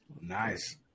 Nice